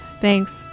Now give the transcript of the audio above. Thanks